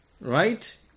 Right